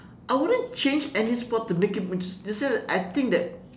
I wouldn't change any sport to make it more just you see I think that